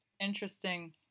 interesting